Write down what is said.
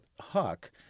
Huck